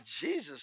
Jesus